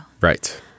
Right